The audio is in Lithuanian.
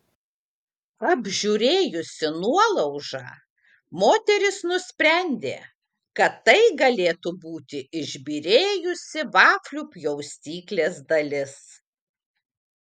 apžiūrėjusi nuolaužą moteris nusprendė kad tai galėtų būti išbyrėjusi vaflių pjaustyklės dalis